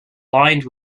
lined